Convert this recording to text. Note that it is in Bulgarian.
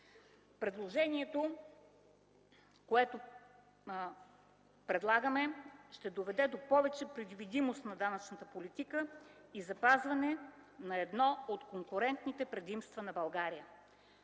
Предложението, което правим, ще доведе до повече предвидимост на данъчната политика и запазване на едно от конкретните предимства на България.